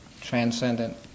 transcendent